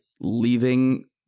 leaving